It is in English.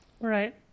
right